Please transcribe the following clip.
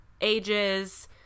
ages